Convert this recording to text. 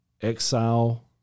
exile